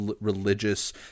religious